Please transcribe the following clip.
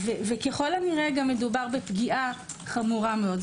וככל הנראה מדובר גם בפגיעה חמורה מאוד.